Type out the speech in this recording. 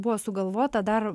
buvo sugalvota dar